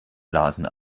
lasen